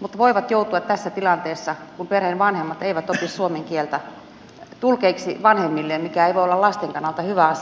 mutta voivat joutua tässä tilanteessa kun perheen vanhemmat eivät opi suomen kieltä tulkeiksi vanhemmilleen mikä ei voi olla lasten kannalta hyvä asia